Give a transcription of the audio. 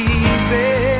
easy